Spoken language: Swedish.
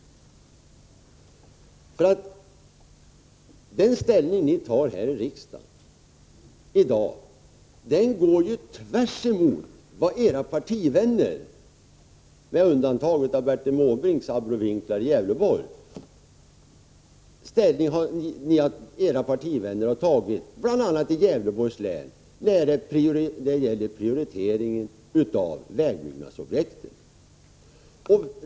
Det ställningstagande ni redovisar här i riksdagen i dag går tvärtemot era partivänners, bl.a. i Gävleborgs län — med undantag för Bertil Måbrinks abrovinklar — när det gäller prioritering av vägbyggnadsobjekt.